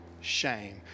shame